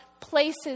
places